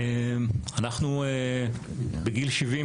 אנחנו בגיל שבעים,